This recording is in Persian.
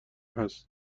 هست